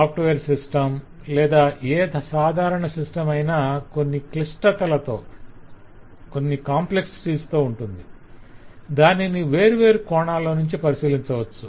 software system లేదా ఏ సాధారణ సిస్టం అయినా కొన్ని క్లిష్టతలతో ఉంటుంది దానిని వేర్వేరు కోణాల్లోనుంచి పరిశీలించవచ్చు